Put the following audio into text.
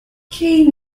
came